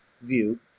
view